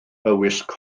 wisg